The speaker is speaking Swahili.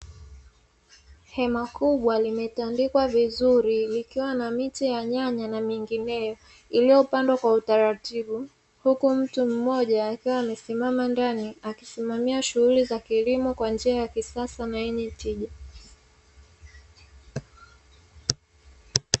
Hema kubwa limetandikwa vizuri likiwa na miche ya nyanya na mengineyo iliyopandwa kwa utaratibu, huku mtu mmoja akiwa amesimama ndani akisimamia shughuli za kilimo kwa njia ya kisasa na yenye tija.